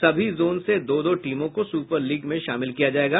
सभी जोन से दो दों टीमों को सूपर लीग में शामिल किया जायेगा